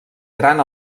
gran